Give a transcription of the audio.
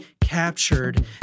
captured